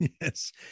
Yes